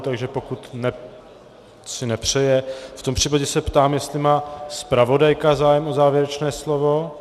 Takže pokud si nepřeje, v tom případě se ptám, jestli má zpravodajka zájem o závěrečné slovo.